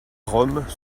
rome